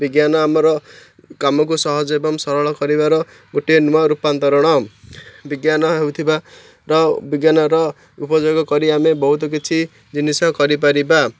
ବିଜ୍ଞାନ ଆମର କାମକୁ ସହଜ ଏବଂ ସରଳ କରିବାର ଗୋଟିଏ ନୂଆ ରୂପାନ୍ତରଣ ବିଜ୍ଞାନ ହେଉଥିବାର ବିଜ୍ଞାନର ଉପଯୋଗ କରି ଆମେ ବହୁତ କିଛି ଜିନିଷ କରିପାରିବା